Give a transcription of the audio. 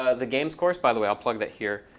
ah the games course. by the way, i'll plug that here,